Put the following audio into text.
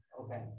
Okay